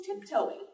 tiptoeing